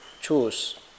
choose